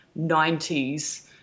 90s